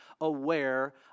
aware